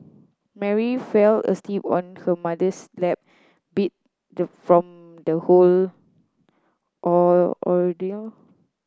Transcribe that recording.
Mary fell asleep on her mother's lap beat the from the whole ordeal